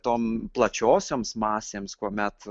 tom plačiosioms masėms kuomet